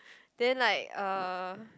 then like uh